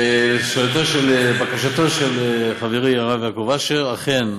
שאלתו, בקשתו, של חברי הרב יעקב אשר, אכן,